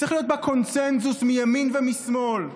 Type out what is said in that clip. צריך להיות בה קונסנזוס מימין ומשמאל.